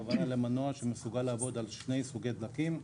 מנוע שמסוגל לעבוד על שני סוגי דלקים,